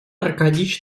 аркадьич